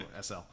SL